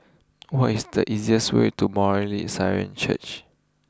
what is the easiest way to Mar Syrian Church